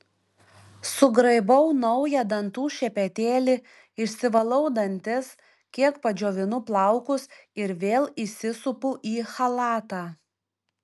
sugraibau naują dantų šepetėlį išsivalau dantis kiek padžiovinu plaukus ir vėl įsisupu į chalatą